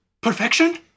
Perfection